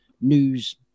news